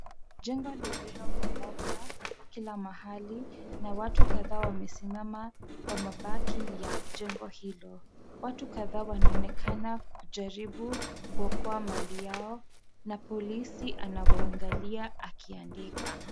Jengo lililobomoka kila mahali na watu kadhaa wamesimama kwa mabaki ya jengo hilo. Watu kadhaa wanaonekana kujaribu kuokoa mali yao na polisi anawaangalia akiandika.